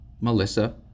Melissa